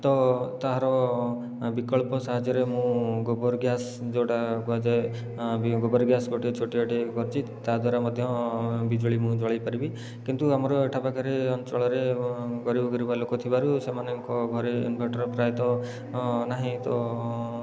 ତ ତାହାର ବିକଳ୍ପ ସାହାଯ୍ୟରେ ମୁଁ ଗୋବର ଗ୍ୟାସ୍ ଯେଉଁଟା କୁହାଯାଏ ଗୋବର ଗ୍ୟାସ୍ ଗୋଟିଏ ଛୋଟିଆ ଟେ କରିଛି ତା ଦ୍ୱାରା ମଧ୍ୟ ବିଜୁଳି ମୁଁ ଜଳେଇ ପାରିବି କିନ୍ତୁ ଆମର ଏହି ପାଖ ଅଞ୍ଚଳରେ ଗରିବ ଗୁରୁବା ଲୋକ ଥିବାରୁ ସେମାନଙ୍କ ଘରେ ଇନଭର୍ଟର୍ ପ୍ରାୟତଃ ନାହିଁ ତ